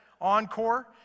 Encore